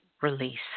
release